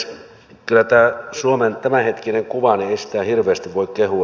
ei tätä suomen tämän hetkistä kuvaa kyllä hirveästi voi kehua